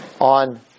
on